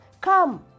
come